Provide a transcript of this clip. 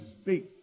speak